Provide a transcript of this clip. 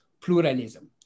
pluralism